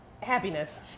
Happiness